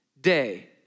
Day